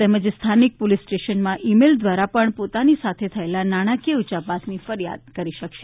તેમજ સ્થાનિક પોલીસ સ્ટેશનમાં ઇમેઇલ દ્વારા પણ પોતાની સાથે થયેલ નાણાંકીય ઉયાપતની ફરિયાદ કરી શકે છે